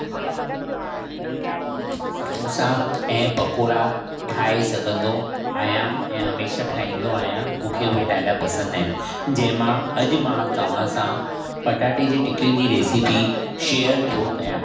मां पटाटे जूं टिकियूं समोसा ऐं पकोड़ा ठाहे सघंदो आहियां ऐं हमेशह ठाहींदो आहियां मूंखे उहे ॾाढ़ा पसंदि आहिनि जंहिं मां अॼु मां तव्हां सां पटाटे जी टिकियुनि जी रेसिपी शेयर थो कयां